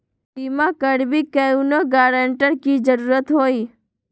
बिमा करबी कैउनो गारंटर की जरूरत होई?